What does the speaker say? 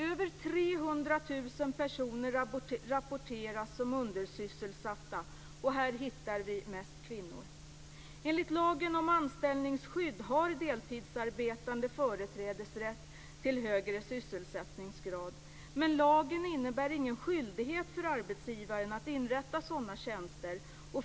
Över 300 000 personer rapporteras som undersysselsatta. Här hittar vi mest kvinnor. Men lagen innebär ingen skyldighet för arbetsgivaren att inrätta sådana tjänster.